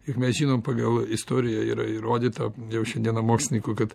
ir mes žinom pagal istorijoj yra įrodyta jau šiandiena mokslininkų kad